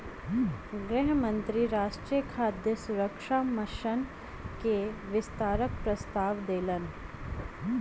गृह मंत्री राष्ट्रीय खाद्य सुरक्षा मिशन के विस्तारक प्रस्ताव देलैन